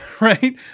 right